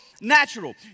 natural